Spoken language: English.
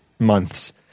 months